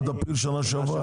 עד אפריל שנה שעברה?